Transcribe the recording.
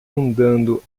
andando